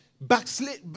Backslid